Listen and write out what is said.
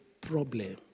problem